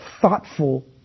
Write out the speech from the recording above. thoughtful